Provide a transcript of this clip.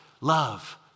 love